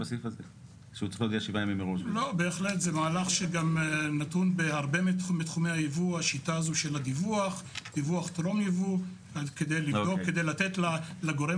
שר האוצר קובע כללים יחד עם שר הדתות לעניין ההתנהלות הכספית במשק כלכלי